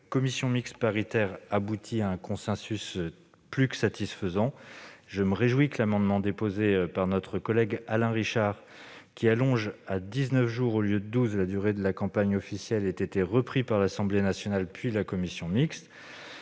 commission mixte paritaire aboutit à un consensus plus que satisfaisant. Je me réjouis que l'amendement déposé par Alain Richard tendant à allonger à dix-neuf jours, au lieu de douze, la durée de la campagne officielle ait été repris par l'Assemblée nationale, puis par la commission mixte